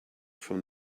from